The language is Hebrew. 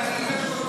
מה קורה, חנוך.